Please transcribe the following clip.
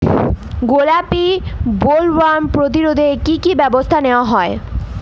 গোলাপী বোলওয়ার্ম প্রতিরোধে কী কী ব্যবস্থা নেওয়া হয়?